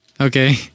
Okay